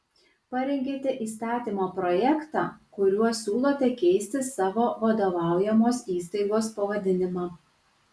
parengėte įstatymo projektą kuriuo siūlote keisti savo vadovaujamos įstaigos pavadinimą